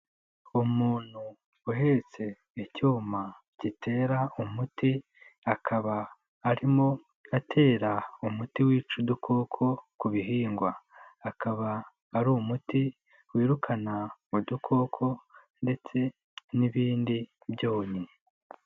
Umuntu uhetse icyuma gitera umuti, akaba arimo atera umuti wica udukoko ku bihingwa. Akaba ari umuti wirukana udukoko ndetse n'ibindi byonyi.